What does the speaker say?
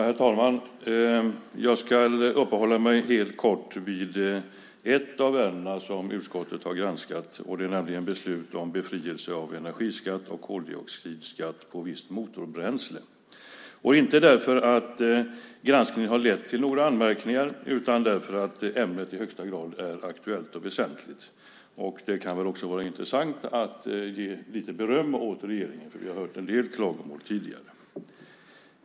Herr talman! Jag ska uppehålla mig helt kort vid ett av de ärenden som utskottet granskat, nämligen beslut om befrielse från energiskatt och koldioxidskatt på visst motorbränsle - inte därför att granskningen har lett till några anmärkningar utan därför att ämnet i högsta grad är aktuellt och väsentligt. Det kan också vara intressant att ge lite beröm åt regeringen. Vi har hört en del klagomål tidigare.